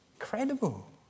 Incredible